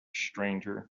stranger